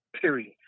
Period